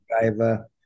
driver